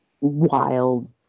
wild